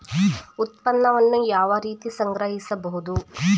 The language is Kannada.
ಉತ್ಪನ್ನವನ್ನು ಯಾವ ರೀತಿ ಸಂಗ್ರಹಿಸಬಹುದು?